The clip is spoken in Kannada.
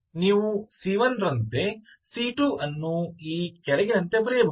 ನೀವು c 1 ರಂತೆ c 2 ಅನ್ನು ಈ ಕೆಳಗಿನಂತೆ ಬರೆಯಬಹುದು